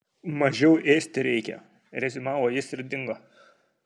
mažiau ėsti reikia reziumavo jis ir dingo